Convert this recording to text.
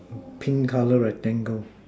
pink colour rectangle